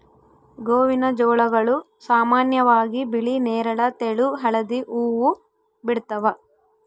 ಗೋವಿನಜೋಳಗಳು ಸಾಮಾನ್ಯವಾಗಿ ಬಿಳಿ ನೇರಳ ತೆಳು ಹಳದಿ ಹೂವು ಬಿಡ್ತವ